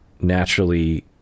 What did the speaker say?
naturally